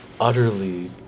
Utterly